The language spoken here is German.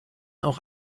auch